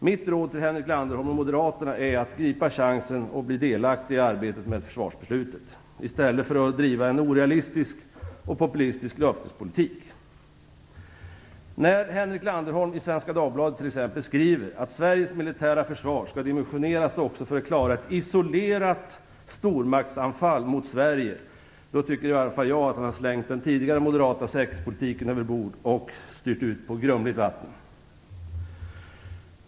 Mitt råd till Henrik Landerholm och Moderaterna är att gripa chansen att bli delaktiga i arbetet med försvarsbeslutet i stället för att driva en orealistisk och populistisk löftespolitik. När t.ex. Henrik Landerholm skriver Svenska Dagbladet att Sveriges militära försvar skall dimensioneras också för att klara ett isolerat stormaktsanfall mot Sverige tycker i varje fall jag att han slängt den tidigare moderata säkerhetspolitiken överbord och styrt ut på grumligt vatten.